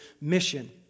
mission